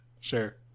Sure